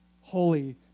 holy